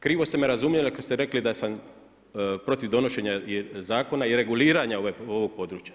Krivo ste me razumjeli, ako ste rekli, da sam protiv donošenja zakona i reguliranja ovog područja.